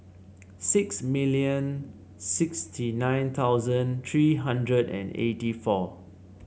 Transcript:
six million sixty nine thousand three hundred and eighty four